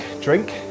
drink